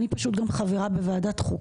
הצעת החוק הזאת - אני חברה גם בוועדת החוקה